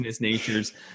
natures